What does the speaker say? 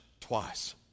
twice